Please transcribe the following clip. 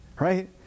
right